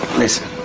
listen,